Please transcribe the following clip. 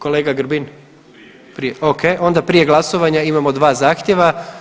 Kolega Grbin? [[Upadica: Prije.]] O.k. onda prije glasovanja imamo dva zahtjeva.